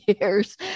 years